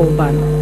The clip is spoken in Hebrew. מי יותר קורבן.